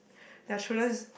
their children's